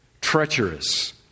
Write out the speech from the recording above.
treacherous